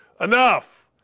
enough